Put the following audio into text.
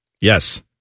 yes